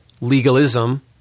Legalism